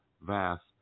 vast